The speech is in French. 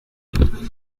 rue